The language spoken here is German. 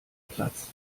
platz